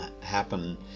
happen